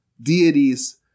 deities